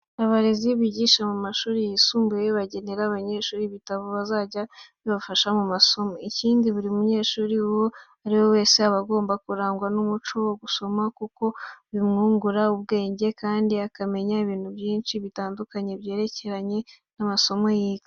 Abarezi bigisha mu mashuri yisumbuye bagenera abanyeshuri ibitabo bizajya bibafasha mu masomo yabo. Ikindi, buri munyeshuri uwo ari we wese aba agomba kurangwa n'umuco wo gusoma kuko bimwungura ubwenge, kandi akamenya ibintu byinshi bitandukanye byerekeranye n'amasomo yiga.